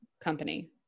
company